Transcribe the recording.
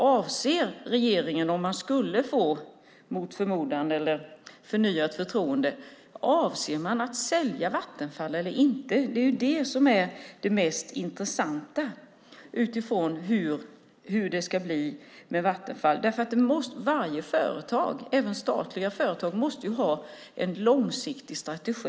Avser regeringen, om man mot förmodan skulle få förnyat förtroende, att sälja Vattenfall eller inte? Det är det som är det mest intressanta utifrån hur det ska bli med Vattenfall. Varje företag, även statliga företag, måste ha en långsiktig strategi.